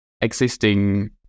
existing